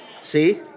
See